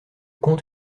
comte